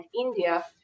India